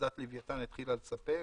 אסדת לוויתן התחילה לספק.